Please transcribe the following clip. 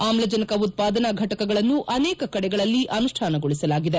ಆಮ್ಲಜನಕ ಉತ್ವಾದನಾ ಘಟಕಗಳನ್ನು ಅನೇಕ ಕಡೆಗಳಲ್ಲಿ ಅನುಷ್ಠಾನಗೊಳಿಸಲಾಗಿದೆ